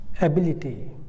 ability